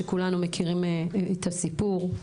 שכולנו מכירים את הסיפור.